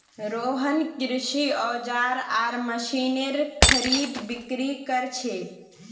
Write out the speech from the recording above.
रोहन कृषि औजार आर मशीनेर खरीदबिक्री कर छे